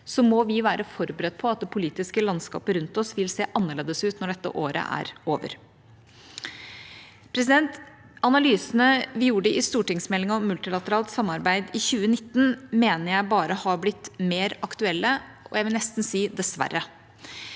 må vi være forberedt på at det politiske landskapet rundt oss vil se annerledes ut når dette året er over. Analysene vi gjorde i stortingsmeldinga om multilateralt samarbeid i 2019, mener jeg bare har blitt mer aktuelle, og jeg vil nesten si dessverre.